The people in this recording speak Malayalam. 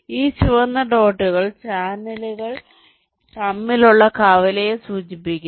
ഈ ചുവന്ന ഡോട്ടുകൾ ചാനലുകൾ തമ്മിലുള്ള കവലയെ സൂചിപ്പിക്കുന്നു